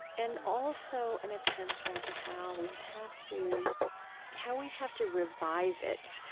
and also an attention to how we have to how we have to revive it,